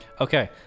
Okay